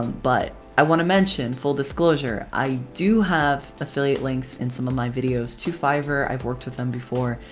but i want to mention, full disclosure, i do have affiliate links in some of my videos to fiverr. i've worked with them before.